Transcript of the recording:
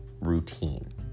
routine